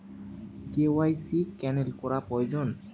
KYC cancel করা প্রয়োজন?